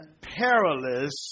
perilous